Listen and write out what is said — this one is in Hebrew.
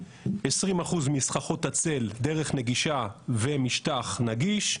20% מסככות הצל דרך נגישה ומשטח נגיש,